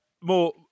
more